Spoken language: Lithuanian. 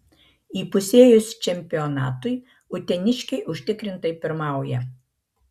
įpusėjus čempionatui uteniškiai užtikrintai pirmauja